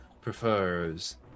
prefers